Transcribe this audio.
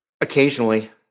Occasionally